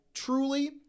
Truly